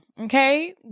okay